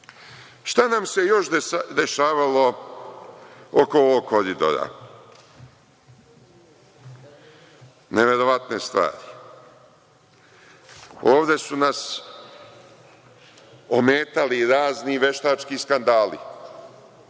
nam se još dešavalo oko ovog koridora? Neverovatne stvari. Ovde su nas ometali razni veštački skandali.